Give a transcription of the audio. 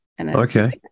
Okay